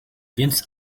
więc